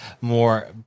more